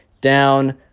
down